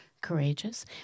courageous